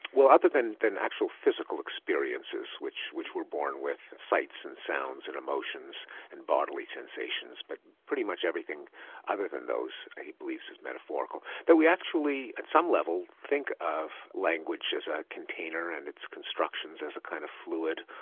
well, other than than actual physical experiences which which we're born with, sights and sounds and emotions and bodily sensations, but pretty much everything other than those he believes is metaphorical that we actually at some level think of language as a container and its constructions as a kind of fluid.